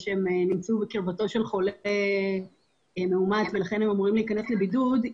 שנמצאו בקרבתו של חולה מאומת שהם צריכים להיכנס לבידוד,